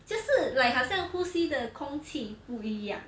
就是 like 好像呼吸的空气不一样